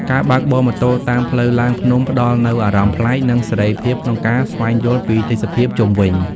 ការបើកបរម៉ូតូតាមផ្លូវឡើងភ្នំផ្តល់នូវអារម្មណ៍ប្លែក និងសេរីភាពក្នុងការស្វែងយល់ពីទេសភាពជុំវិញ។